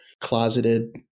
closeted